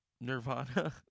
Nirvana